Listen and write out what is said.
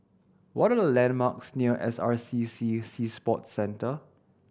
what are the landmarks near N S R C C Sea Sports Centre